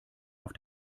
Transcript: auf